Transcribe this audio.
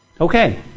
Okay